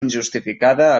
injustificada